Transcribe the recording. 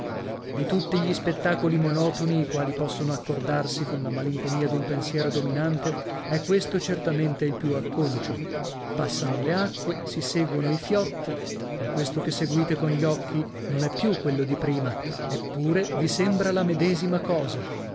di tutti gli spettacoli monotoni i quali possono accordarsi con la malinconia d'un pensiero dominante è questo certamente il più acconcio passano le acque si seguono i fiotti ma questo che seguite con gli occhi non è più quello di prima eppure vi sembra la medesima cosa